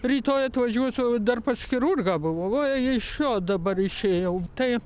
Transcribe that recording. rytoj atvažiuosiu dar pas chirurgą buvau va iš jo dabar išėjau tai